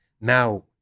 Now